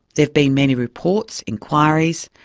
there've been many reports, inquiries,